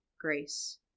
grace